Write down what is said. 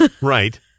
right